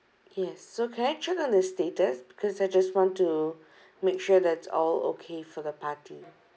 yes so can I check on the status because I just want to make sure that it's all okay for the party